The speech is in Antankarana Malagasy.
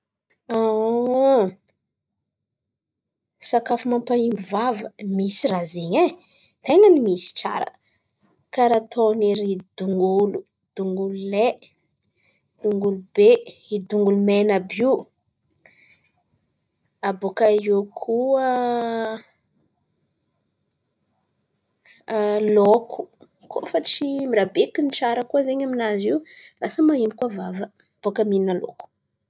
Sakafo mampaimbo vava, misy raha zen̈y ai. Ten̈any misy tsara, karà ataon̈'ery dongolo, dongolo lay, dongolo be ery dongolo mena àby io. Abôka eo koa laoko kôa fa tsy mi-rabekin̈y tsara koa zen̈y aminazy io lasa maimbo koa vava bokà mihinà laoko.